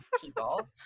people